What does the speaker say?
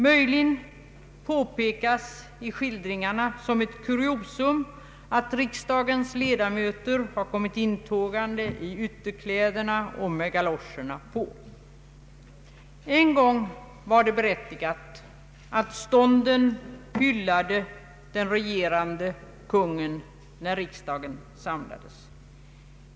Möjligen påpekas i skildringarna som ett kuriosum att riksdagens ledamöter kommit intågande i ytterkläder och med galoscherna på. En gång var det berättigat att stånden hyllade den regerande Konungen när riksdagen samlades.